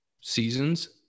seasons